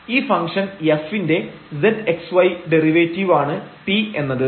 ഈ function f ന്റെ zxy derivative ആണ് t എന്നത്